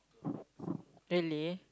really